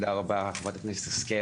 חברת הכנסת השכל,